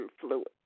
fluid